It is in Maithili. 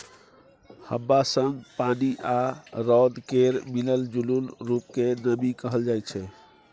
हबा संग पानि आ रौद केर मिलल जूलल रुप केँ नमी कहल जाइ छै